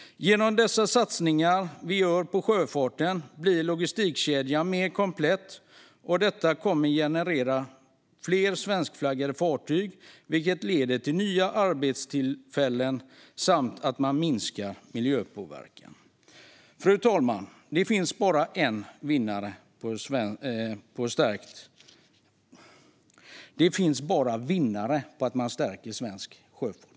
Genom dessa satsningar som vi gör på sjöfarten blir logistikkedjan mer komplett. Detta kommer att generera fler svenskflaggade fartyg, vilket leder till nya arbetstillfällen och minskad miljöpåverkan. Fru talman! Det finns bara vinnare på att man stärker svensk sjöfart.